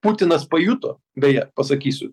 putinas pajuto beje pasakysiu